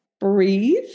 breathe